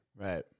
Right